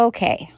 Okay